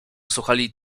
słuchali